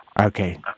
okay